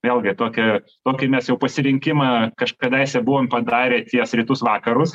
vėlgi tokia tokį mes jau pasirinkimą kažkadaise buvom padarę ties rytus vakarus